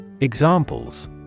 Examples